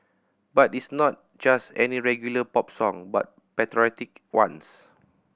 but it's not just any regular pop song but patriotic ones